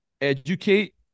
educate